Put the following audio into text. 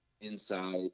inside